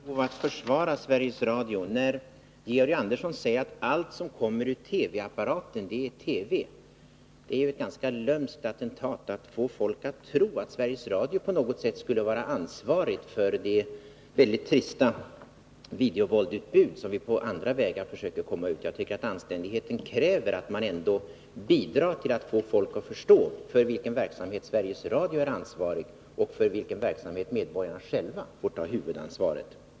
Herr talman! Jag känner ett behov av att försvara Sveriges Radio. Georg Andersson säger att allt som kommer från TV-apparaten är TV. Men det är ett ganska lömskt attentat. Man försöker få folk att tro att Sveriges Radio AB på något sätt skulle vara ansvarigt för det väldigt trista videovåldsutbud som vi på andra vägar försöker att komma ifrån. Jag tycker att anständigheten kräver att man ändå bidrar till att få folk att förstå för vilken verksamhet Sveriges Radio AB är ansvarigt och för vilken verksamhet medborgarna själva får ta huvudansvaret.